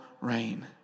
reign